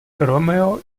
romeo